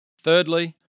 thirdly